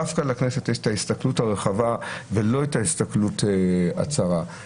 דווקא לכנסת יש את ההסתכלות הרחבה ולא את ההסתכלות הצרה.